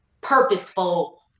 purposeful